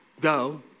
go